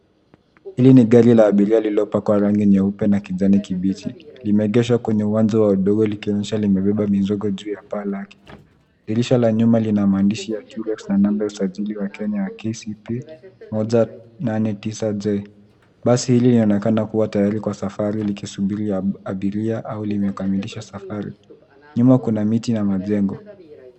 Hili ni gari la abiria lililopakwa rangi nyeupe na kijani kibichi. Limeegeshwa kwenye uwanja wa udongo ikionyesha limebeba mizigo juu ya paa lake. Dirisha la nyuma lina maandishi ya durex na namba ya usajili ya Kenya ya KCP 189J. Basi hili linaonekana kuwa tayari kwa safari likisubiri abiria au limekamilisha safari. Nyuma kuna miti na majengo.